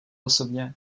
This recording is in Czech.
osobně